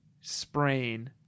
sprain